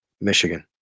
Michigan